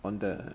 on the